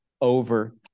over